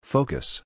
Focus